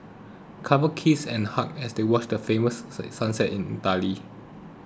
couples kissed and hugged as they watch the famous sunset in Italy